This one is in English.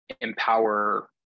empower